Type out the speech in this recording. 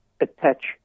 attach